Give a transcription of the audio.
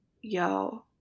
yo